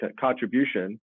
contribution